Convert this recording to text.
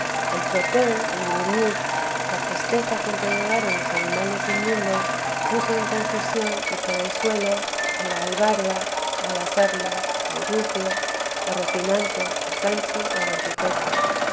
el tropel el gruñir la presteza con que llegaron los animales inmundos puso en confusión y por el suelo a la albarda a las armas al rucio a rocinante a sancho y a don quijote